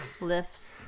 Lifts